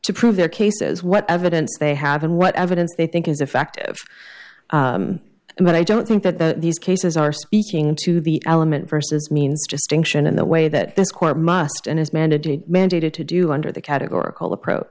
to prove their cases what evidence they have and what evidence they think is effective and i don't think that these cases are speaking to the element versus means distinction in the way that this court must and is mandated mandated to do under the categorical approach